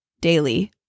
daily